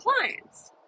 clients